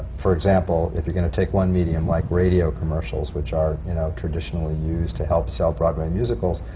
for example, if you're going to take one medium like radio commercials, which are, you know, traditionally used to help sell broadway musicals,